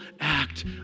act